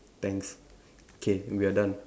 thanks okay we are done